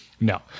no